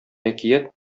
әкият